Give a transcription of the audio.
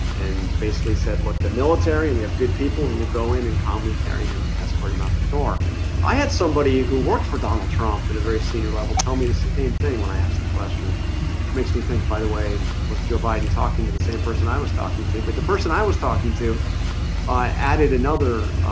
and basically said look the military we have good people who will go in and calmly carry him escort him out the door i had somebody who worked for donald trump at a very senior level tell me the same thing when i asked the question which makes me think by the way was joe biden talking to the same person i was talking to but the person i was talking to i added another